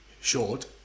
short